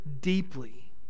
deeply